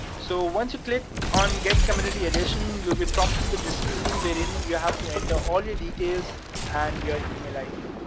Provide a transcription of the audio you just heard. so once you click on get community edition you'll be prompted with this screen wherein you have to enter all your details and your email id,